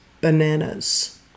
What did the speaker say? bananas